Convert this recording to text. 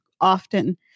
often